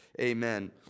Amen